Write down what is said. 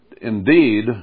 indeed